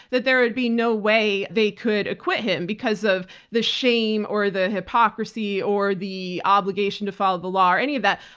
that there would be no way they could acquit him because of the shame or the hypocrisy or the obligation to follow the law or any of that.